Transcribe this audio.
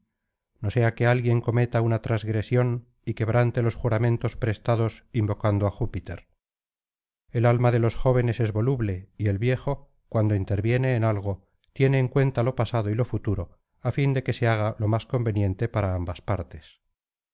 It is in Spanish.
no sea que alguien cometa una transgresión y quebrante los juramentos prestados invocando á júpiter el alma de los jóvenes es voluble y el viejo cuando interviene en algo tiene en cuenta lo pasado y lo futuro á fin de que se haga lo más conveniente para ambas partes